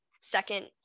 second